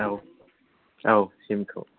औ औ सिएमखौ